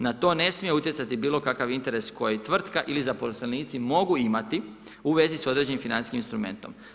Na to ne smije utjecati bilo kakav interes koji tvrtka ili zaposlenici mogu imati u vezi s određenim financijskim instrumentom.